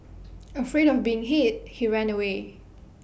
afraid of being hit he ran away